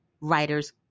Writers